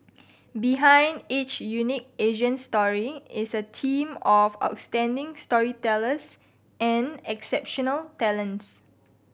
behind each unique Asian story is a team of outstanding storytellers and exceptional talents